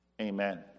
Amen